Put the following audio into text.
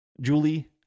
Julie